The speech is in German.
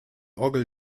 orgel